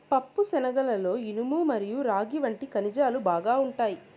పప్పుశనగలలో ఇనుము మరియు రాగి వంటి ఖనిజాలు బాగా ఉంటాయి